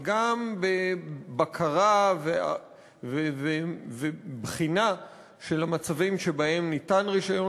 וגם בבקרה ובבחינה של המצבים שבהם ניתן רישיון